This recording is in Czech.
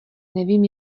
nevím